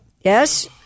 Yes